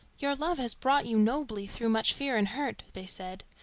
your love has brought you nobly through much fear and hurt, they said.